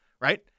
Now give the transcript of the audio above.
right